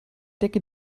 decke